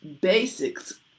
basics